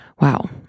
Wow